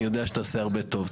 אני יודע שאתה עושה הרבה טוב.